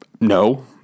No